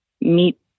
meet